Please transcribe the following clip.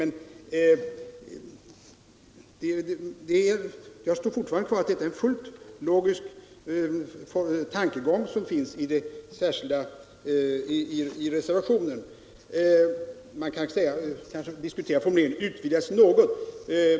Men jag vidhåller fortfarande att det är en fullt logisk tankegång som finns i reservationen. Däremot kan kanske diskuteras formuleringen ”utvidgas ytterligare något”.